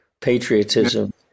patriotism